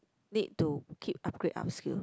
need to keep upgrade up skill